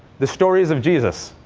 the stories of jesus.